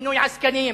מינוי עסקנים.